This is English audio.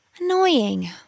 Annoying